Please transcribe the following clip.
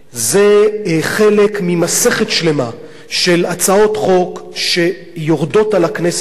זה חלק ממסכת שלמה של הצעות חוק שיורדות על הכנסת הזאת